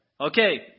okay